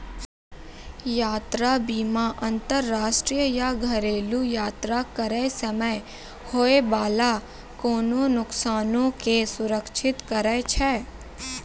यात्रा बीमा अंतरराष्ट्रीय या घरेलु यात्रा करै समय होय बाला कोनो नुकसानो के सुरक्षित करै छै